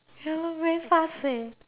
ya lor very fast leh